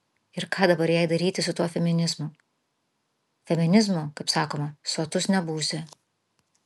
ir ką dabar jai daryti su tuo feminizmu feminizmu kaip sakoma sotus nebūsi